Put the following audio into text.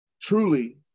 truly